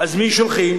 אז מי שולחים?